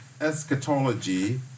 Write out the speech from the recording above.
eschatology